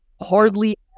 hardly